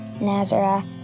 Nazareth